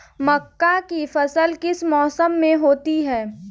मक्का की फसल किस मौसम में होती है?